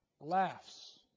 laughs